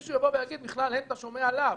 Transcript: שמישהו יבוא ויגיד: "מכלל הן אתה שומע לאו".